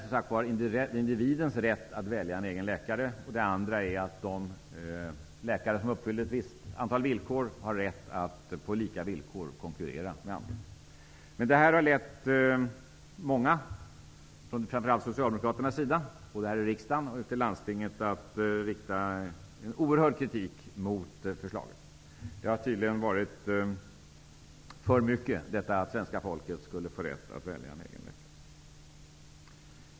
Den ena är individens rätt att välja en egen läkare, och den andra att de läkare som uppfyller ett visst antal punkter har rätt att konkurrera med andra på lika villkor. Detta har föranlett många framför allt från socialdemokraternas sida, såväl här i riksdagen som ute i landstingen, att rikta en oerhörd kritik mot förslaget. Det har tydligen varit för mycket att svenska folket skulle få rätt att välja läkare.